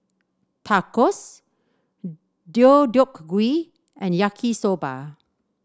Tacos Deodeok Gui and Yaki Soba